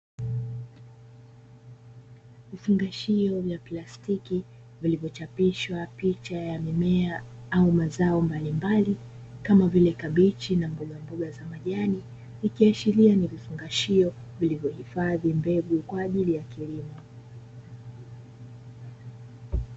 Vifungashio vya plastiki vilivyochapishwa picha ya mmea au mazao mbalimbali kama vile: kabichi na mbogamboga za majani, ikiashiria ni vifungashio vilivyohifadhi mbegu kwa ajili ya kilimo.